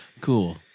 Cool